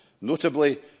Notably